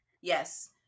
Yes